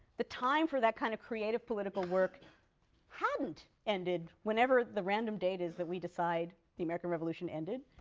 the time for that kind of creative political work hadn't ended whenever the random date is that we decide the american revolution ended,